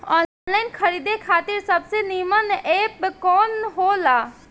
Online खरीदे खातिर सबसे नीमन एप कवन हो ला?